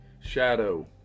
Shadow